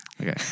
Okay